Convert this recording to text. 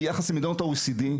ביחס למדינות ה-OECD,